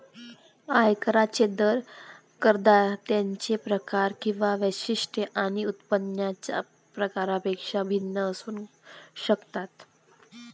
आयकरांचे दर करदात्यांचे प्रकार किंवा वैशिष्ट्ये आणि उत्पन्नाच्या प्रकारापेक्षा भिन्न असू शकतात